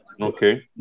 Okay